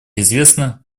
известно